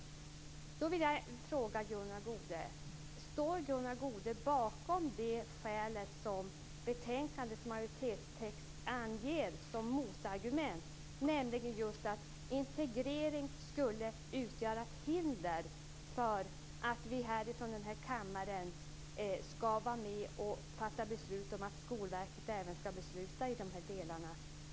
Jag vill fråga: Står Gunnar Goude bakom det skäl som i betänkandets majoritetstext anges som motargument, nämligen att integrering skulle utgöra ett hinder för att vi från denna kammare skall vara med om att fatta beslut om att Skolverket skall besluta även i de här delarna?